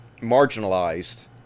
marginalized